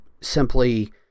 simply